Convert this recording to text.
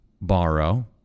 borrow